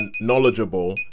knowledgeable